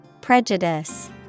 Prejudice